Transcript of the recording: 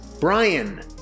Brian